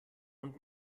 und